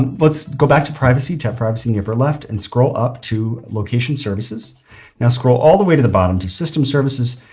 and let's go back to privacy. tech privacy in the upper left and scroll up to location services. now scroll all the way to the bottom to system services.